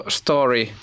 story